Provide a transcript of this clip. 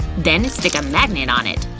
then stick a magnet on it.